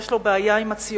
יש לו בעיה עם הציונות,